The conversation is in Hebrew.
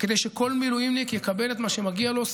כדי שכל מילואימניק יקבל את מה שמגיע לו,